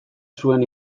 zuen